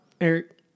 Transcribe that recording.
Eric